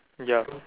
ya